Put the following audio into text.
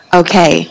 okay